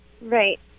Right